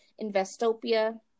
Investopia